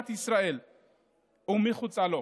כלל.